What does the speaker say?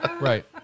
right